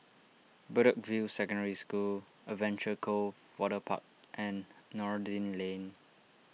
Bedok View Secondary School Adventure Cove Waterpark and Noordin Lane